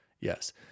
Yes